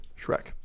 Shrek